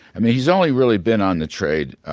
i mean he's only really been on the trade